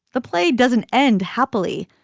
the play doesn't end happily.